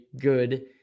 good